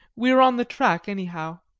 we're on the track anyhow.